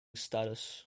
status